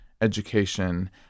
education